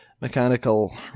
mechanical